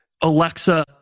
Alexa